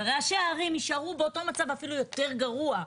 וראשי הערים יישארו באותו מצב, אפילו יותר גרוע.